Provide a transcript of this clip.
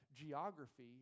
Geography